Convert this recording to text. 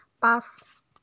পাঁচ